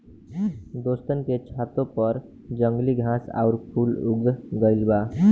दोस्तन के छतों पर जंगली घास आउर फूल उग गइल बा